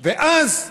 ואז,